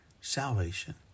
salvation